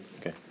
Okay